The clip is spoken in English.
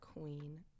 queen